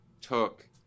took